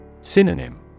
Synonym